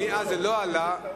מאז זה לא עלה.